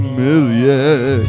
million